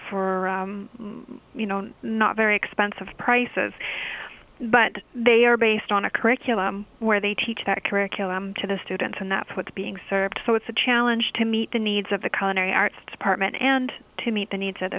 for you know not very expensive prices but they are based on a curriculum where they teach that curriculum to the students and that's what's being served so it's a challenge to meet the needs of the country arts department and to meet the needs